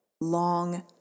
long